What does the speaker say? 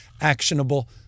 actionable